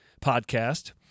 podcast